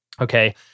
Okay